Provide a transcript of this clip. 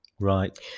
Right